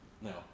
No